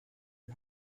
die